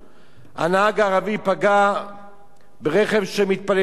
הנהג הערבי פגע ברכב של מתפללים יהודים